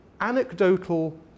anecdotal